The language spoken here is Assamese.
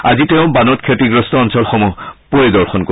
আজি তেওঁ বানত ক্ষতিগ্ৰস্ত অঞ্চলসমূহ পৰিদৰ্শন কৰিব